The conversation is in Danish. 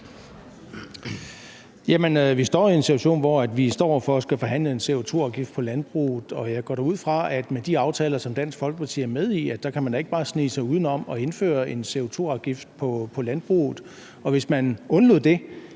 Vi står i en situation, hvor vi står over for at skulle forhandle en CO2-afgift på landbruget, og jeg går da ud fra, at med de aftaler, som Dansk Folkeparti er med i, kan man da ikke bare snige sig uden om at indføre en CO2-afgift på landbruget; hvis man undlod det,